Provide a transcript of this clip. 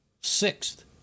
sixth